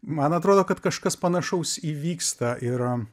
man atrodo kad kažkas panašaus įvyksta ir